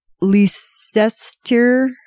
Leicester